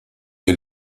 est